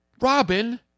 Robin